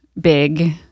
big